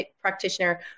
practitioner